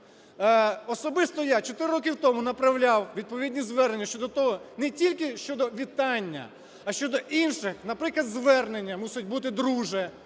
Особисто я 4 роки тому направляв відповідні звернення щодо того, не тільки щодо вітання, а щодо інших. Наприклад, звернення мусять бути "друже".